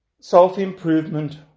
self-improvement